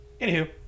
anywho